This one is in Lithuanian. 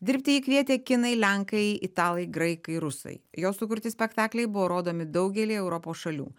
dirbti jį kvietė kinai lenkai italai graikai rusai jo sukurti spektakliai buvo rodomi daugelyje europos šalių